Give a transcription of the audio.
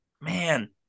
Man